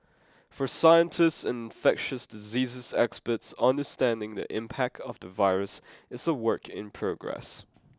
for scientists and infectious diseases experts understanding the impact of the virus is a work in progress